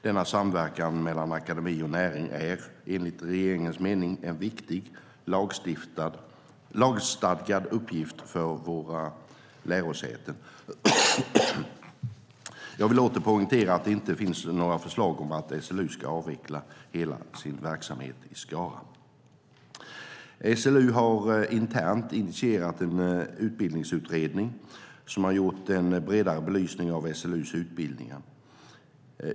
Denna samverkan mellan akademi och näring är, enligt regeringens mening, en viktig, lagstadgad uppgift för våra lärosäten. Jag vill åter poängtera att det inte finns några förslag om att SLU ska avveckla hela sin verksamhet i Skara. SLU har internt initierat en utbildningsutredning som har gjort en bredare belysning av SLU:s utbildningar.